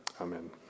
amen